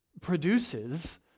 produces